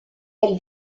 elle